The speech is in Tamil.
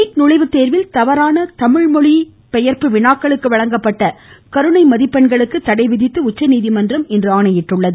நீட் நுழைவுத்தேர்வில் தவறான தமிழ் மொழி பெயர்ப்பு வினாக்களுக்கு வழங்கப்பட்ட மதிப்பெண்களுக்கு தடை விதித்து உச்சநீதிமன்றம் கருணை இன்று ஆணையிட்டுள்ளது